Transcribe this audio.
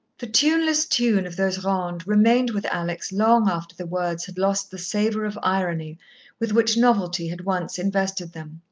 the tuneless tune of those rondes remained with alex long after the words had lost the savour of irony with which novelty had once invested them.